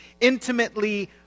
intimately